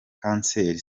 kanseri